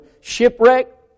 shipwreck